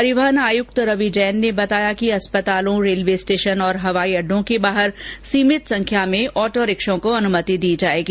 परिवहन आयुक्त रवि जैन ने बताया कि अस्पतालों रेल्वे स्टेशन और हवाई अड्डों के बाहर सीमित संख्या में ऑटो रिक्शों को अनुमति दी जायेगी